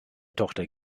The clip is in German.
tochter